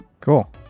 Cool